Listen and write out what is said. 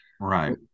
Right